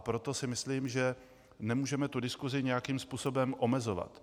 Proto si myslím, že nemůžeme diskusi nějakým způsobem omezovat.